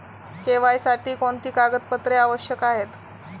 KYC साठी कोणती कागदपत्रे आवश्यक आहेत?